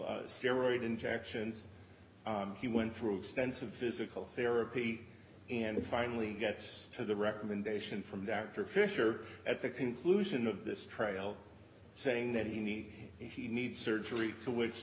spinal steroids injections he went through extensive physical therapy and finally gets to the recommendation from dr fisher at the conclusion of this trial saying that he needs he needs surgery to which